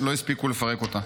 שלא הספיקו לפרק אותה.